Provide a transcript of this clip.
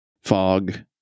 fog